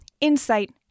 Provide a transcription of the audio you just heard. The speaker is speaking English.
insight